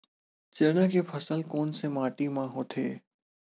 चना के फसल कोन से माटी मा होथे?